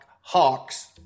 Hawks